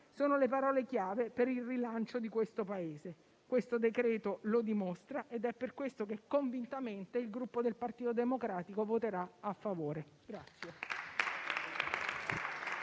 sono le parole chiave per il rilancio di questo Paese. Questo decreto-legge lo dimostra ed è per questo che convintamente il Gruppo Partito Democratico voterà a favore.